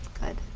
good